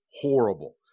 horrible